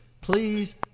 please